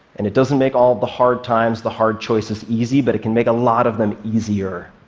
and it doesn't make all the hard times, the hard choices, easy, but it can make a lot of them easier.